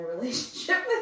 relationship